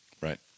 Right